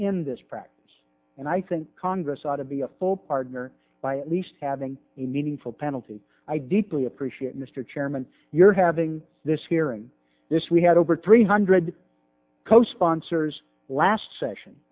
practice and i think congress ought to be a full partner by at least having a meaningful penalty i deeply appreciate mr chairman you're having this hearing this we had over three hundred co sponsors last session